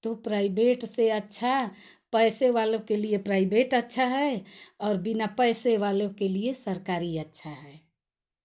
तो प्राइबेट से अच्छा पैसे वालों के लिए प्राइबेट अच्छा है और बिना पैसे वालों के लिये सरकारी अच्छा है